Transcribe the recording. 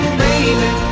baby